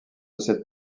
cette